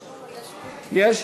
יש?